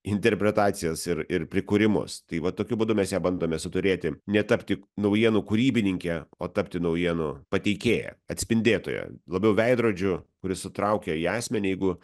interpretacijas ir ir prikūrimus tai va tokiu būdu mes ją bandome suturėti netapti naujienų kūrybininke o tapti naujienų pateikėja atspindėtoja labiau veidrodžiu kuris sutraukia į asmenį negu